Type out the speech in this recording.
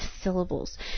syllables